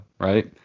right